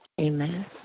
Amen